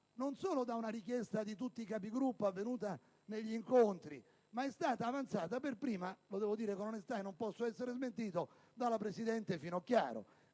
non solo deriva da una richiesta di tutti i Capigruppo avvenuta negli incontri, ma è stata avanzata per prima (lo devo dire con onestà e non posso essere smentito) dalla presidente Finocchiaro,